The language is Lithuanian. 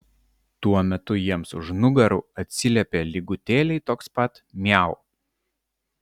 tuo metu jiems už nugarų atsiliepė lygutėliai toks pat miau